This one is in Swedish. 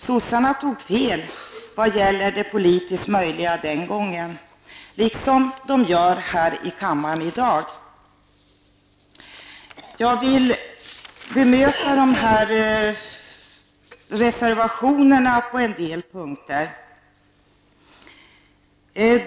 Socialdemokraterna tog fel vad gäller det politiskt möjliga den gången, på samma sätt som de gör här i kammaren i dag. Jag vill bemöta de här reservationerna på några punkter.